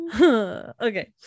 Okay